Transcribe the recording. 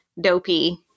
dopey